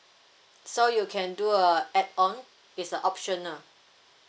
so you can do a add on it's a optional